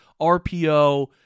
RPO